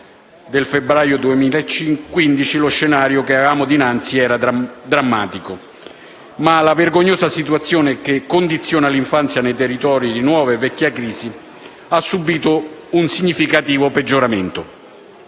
del febbraio 2015, lo scenario che avevamo dinanzi era drammatico. Ma la vergognosa situazione che condiziona l'infanzia nei territori di nuova e vecchia crisi, ha subìto un significativo peggioramento,